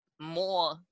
more